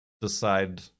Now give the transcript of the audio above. decide